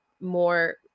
more